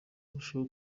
arushaho